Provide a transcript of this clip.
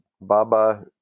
Baba